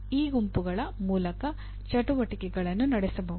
E ಗುಂಪುಗಳ ಮೂಲಕ ಚಟುವಟಿಕೆಗಳನ್ನು ನಡೆಸಬಹುದು